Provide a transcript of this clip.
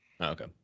Okay